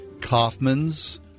Kaufman's